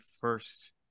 first